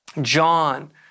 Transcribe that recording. John